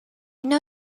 know